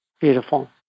Beautiful